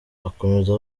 akomeza